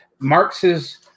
Marx's